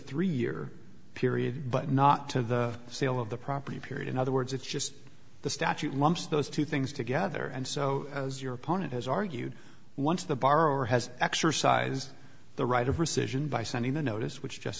three year period but not to the sale of the property period in other words it's just the statute lumps those two things together and so as your opponent has argued once the borrower has exercise the right of rescission by sending the notice which just